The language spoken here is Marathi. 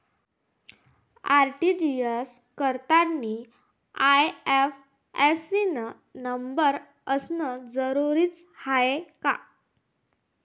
आर.टी.जी.एस करतांनी आय.एफ.एस.सी न नंबर असनं जरुरीच हाय का?